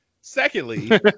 secondly